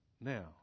Now